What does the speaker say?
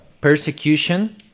persecution